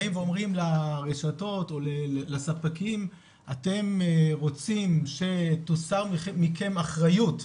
באים ואומרים לרשתות או לספקים: אתם רוצים שתוסר מכם אחריות,